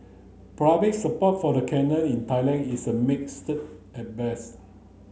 public support for the canal in Thailand is a mixed at best